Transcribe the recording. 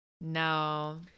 No